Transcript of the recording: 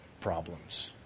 problems